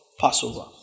Passover